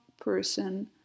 person